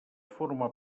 formar